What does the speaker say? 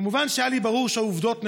כמובן שהיה לי ברור שהעובדות נכונות,